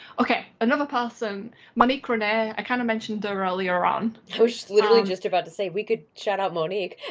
okay another person monique renee. i kind of mentioned them earlier on was literally just about to say we could shout out monique.